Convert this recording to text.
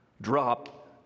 drop